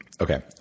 Okay